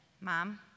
Mom